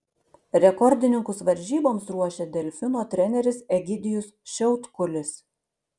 rekordininkus varžyboms ruošia delfino treneris egidijus šiautkulis